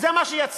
וזה מה שיצא.